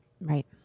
Right